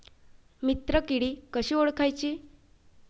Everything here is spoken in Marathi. मित्र किडी कशी ओळखाची?